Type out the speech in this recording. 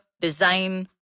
design